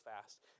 fast